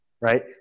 Right